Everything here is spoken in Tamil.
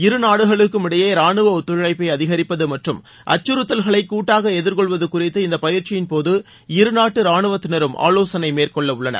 இருநாடுகளுக்கும் இடையே ராணுவ ஒத்துழைப்பை அதிகிப்பது மற்றும் அச்சுறுத்தல்களை கூட்டாக எதிர்கொள்வது குறித்து இந்த பயிற்சியின்போது இருநாட்டு ரானுவத்தினரும் ஆலோசனை மேற்கொள்ளவுள்ளனர்